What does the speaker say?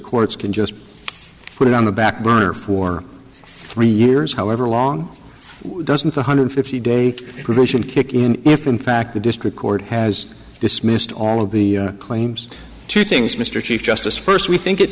courts can just put it on the back burner for three years however long doesn't one hundred fifty day promotion kick in if in fact the district court has dismissed all of the claims two things mr chief justice first we think it